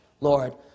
Lord